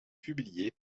publiés